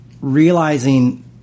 realizing